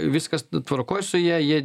viskas tvarkoj su ja jie